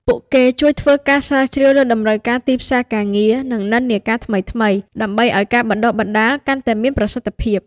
ពួកគេជួយធ្វើការស្រាវជ្រាវលើតម្រូវការទីផ្សារការងារ និងនិន្នាការថ្មីៗ ដើម្បីឱ្យការបណ្តុះបណ្តាលកាន់តែមានប្រសិទ្ធភាព។